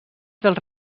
dels